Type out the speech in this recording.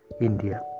India